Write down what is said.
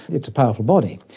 it's a powerful body,